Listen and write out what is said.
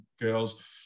girls